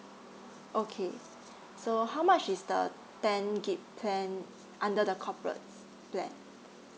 okay so how much is the ten G_B plan under the corporate plan